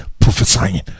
prophesying